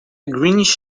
greenish